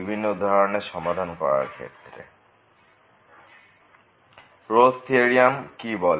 Rolle's theorem কি বলে